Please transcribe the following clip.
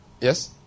Yes